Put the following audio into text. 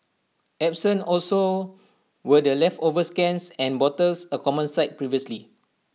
absent also were the leftover scans and bottles A common sight previously